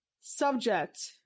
subject